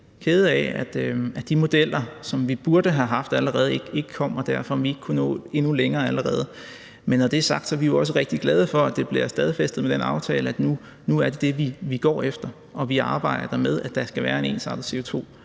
rigtig kede af, at de modeller, som vi burde have haft allerede, ikke kom, og vi derfor ikke kunne nå længere. Men når det er sagt, er vi jo også glade for, at det bliver stadfæstet med den aftale, at det nu er det, vi går efter, og at vi arbejder med, at der skal være en ensartet